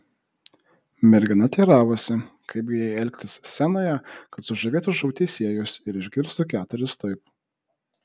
mergina teiravosi kaip gi jai elgtis scenoje kad sužavėtų šou teisėjus ir išgirstų keturis taip